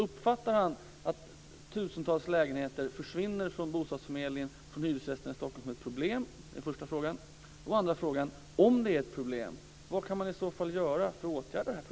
Uppfattar han detta att tusentals lägenheter försvinner från bostadsförmedlingen och från hyresgästerna i Stockholm som ett problem? Det är första frågan. Och den andra frågan: Om det är ett problem, vad kan man i så fall göra för att åtgärda det?